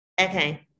Okay